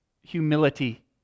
humility